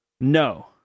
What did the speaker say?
no